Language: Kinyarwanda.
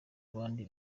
abandi